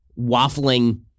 waffling